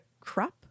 crop